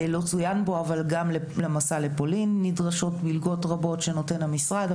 לא צוין פה אבל גם למסע לפולין נדרשות מלגות רבות שנותן המשרד,